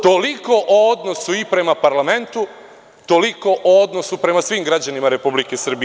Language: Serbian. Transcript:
Toliko o odnosu i prema parlamentu, toliko o odnosu prema svim građanima Republike Srbije.